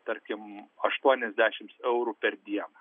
tarkim aštuoniasdešimt eurų per dieną